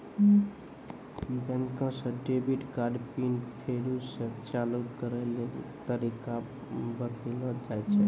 बैंके से debit card pin फेरु से चालू करै लेली तरीका बतैलो जाय छै